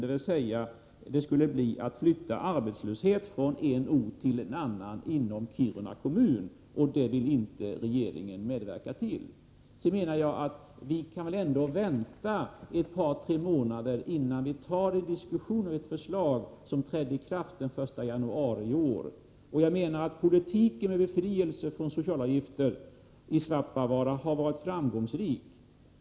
Det skulle bli fråga om att flytta arbetslöshet från en ort till en annan inom Kiruna kommun -— och det vill inte regeringen medverka till. Jag menar att vi bör kunna vänta ett par tre månader innan vi tar en diskussion om ett förslag som trädde i kraft den 1 januari i år. Politiken i vad gäller befrielse från sociala avgifter i Svappavaara har varit framgångsrik.